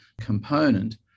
component